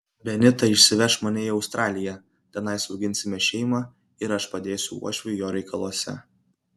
benita išsiveš mane į australiją tenai auginsime šeimą ir aš padėsiu uošviui jo reikaluose